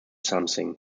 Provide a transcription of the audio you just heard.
something